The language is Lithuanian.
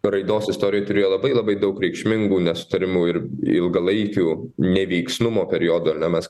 raidos istorijoj turėjo labai labai daug reikšmingų nesutarimų ir ilgalaikių neveiksnumo periodų ar ne mes